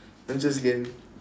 I'm just kidding